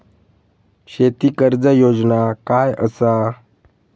शेती कर्ज योजना काय असा?